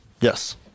Yes